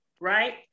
right